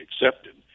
accepted